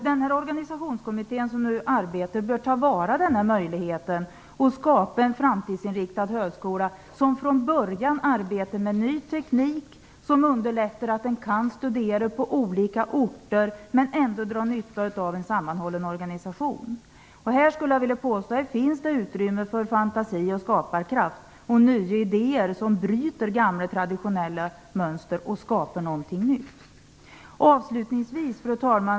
Den organisationskommitté som nu arbetar bör ta till vara den möjligheten att skapa en framtidsinriktad högskola som från början arbetar med ny teknik som underlättar att studera på olika orter men ändå dra nytta av en sammanhållen organisation. Jag skulle vilja påstå att det här finns utrymme för fantasi och skaparkraft och nya idéer som bryter gamla traditionella mönster och skapar någonting nytt. Fru talman!